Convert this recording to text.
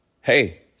Hey